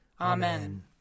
Amen